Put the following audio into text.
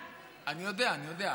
אני יודע, אני יודע.